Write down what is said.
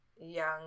young